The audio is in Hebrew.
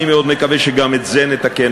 אני מאוד מקווה שגם את זה נתקן.